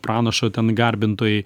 pranašo ten garbintojai